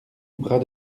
bras